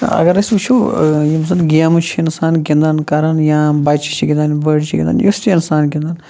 اگر أسی وِچھو یِم زَن گیمہٕ چھُ اِنسان گِنٛدان کران یا بَچہ چھِ گِنٛدان بٔڑۍ چھِ گِنٛدان یُس تہِ اِنسان گِنٛدان